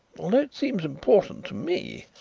although it seems important to me.